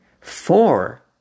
Four